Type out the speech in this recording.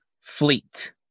Fleet